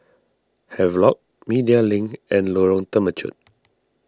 Havelock Media Link and Lorong Temechut